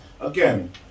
Again